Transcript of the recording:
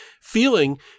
feeling